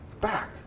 back